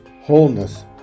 wholeness